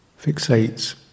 fixates